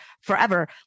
forever